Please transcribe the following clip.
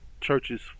Churches